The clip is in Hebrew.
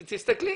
תסתכלי.